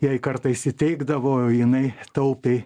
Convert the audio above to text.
jai kartais įteikdavo jinai taupiai